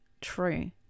true